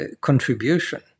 contribution